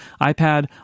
ipad